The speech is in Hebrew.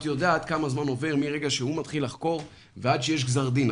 את יודעת כמה זמן עובר מרגע שהוא מתחיל לחקור ועד שיש גזר דין,